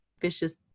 vicious